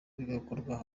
bigakorwa